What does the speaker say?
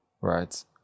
right